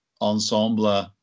ensemble